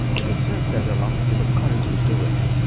it was just as her last bit of courage oozed away,